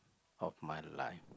of my life